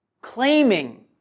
claiming